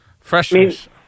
freshness